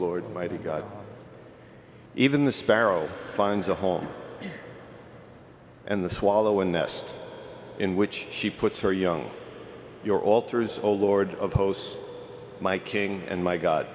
lord mighty god even the sparrow finds a home and the swallow a nest in which she puts her young your altars oh lord of hosts my king and my god